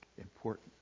important